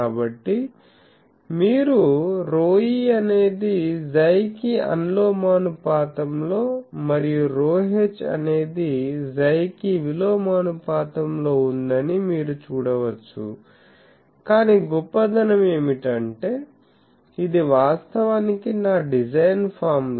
కాబట్టి మీరు ρe అనేది 𝝌 కి అనులోమానుపాతంలో మరియు ρh అనేది 𝝌 కి విలోమానుపాతంలో ఉందని మీరు చూడవచ్చు కాని గొప్పదనం ఏమిటంటే ఇది వాస్తవానికి నా డిజైన్ ఫార్ములా